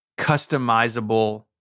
customizable